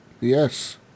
yes